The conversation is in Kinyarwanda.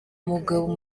mugabo